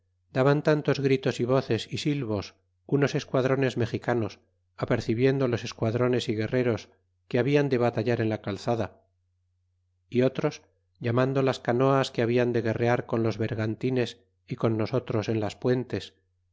daban tantos gritos y voces é silvos unos esquadrones mexicanos apercibiendo los esquadrones y guerreros que habian de batallar en la calzada é otros llamando las canoas que habian de guerrear con los bergantines y con nosotros en las puentes